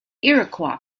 iroquois